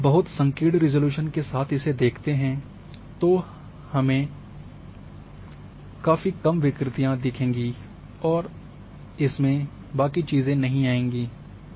लेकिन जब हम बहुत संकीर्ण रिज़ॉल्यूशन के साथ इसे देखते हैं हो तो हमें चाची में काफी कम विकृतियों दिखेंगी और अन्य इसमें चीजें नहीं आएंगी